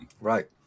Right